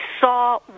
saw